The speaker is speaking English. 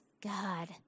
God